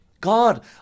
God